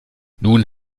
nun